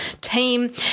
team